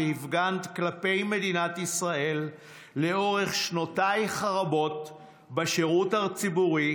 שהפגנת כלפי מדינת ישראל לאורך שנותייך הרבות בשירות הציבורי,